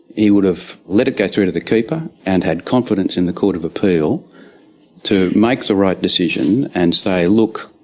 he would have let it go through to the keeper and had confidence in the court of appeal to make the right decision and say look,